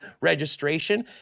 registration